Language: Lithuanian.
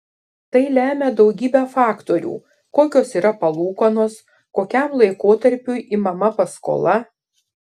tai lemia daugybė faktorių kokios yra palūkanos kokiam laikotarpiui imama paskola